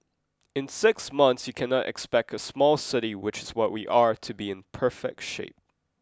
in six months you cannot expect a small city which is what we are to be in perfect shape